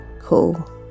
Cool